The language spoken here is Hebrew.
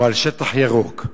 או על שטח ירוק,